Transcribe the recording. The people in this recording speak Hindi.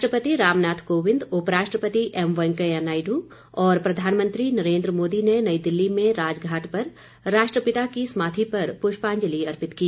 राष्ट्रपति रामनाथ कोविंद उप राष्ट्रपति एम वेकैंया नायडू और प्रधानमंत्री नरेंद्र मोदी ने नई दिल्ली में राजघाट पर राष्ट्रपिता की समाधि पर पुष्पाजंलि अर्पित की